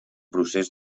procés